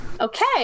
Okay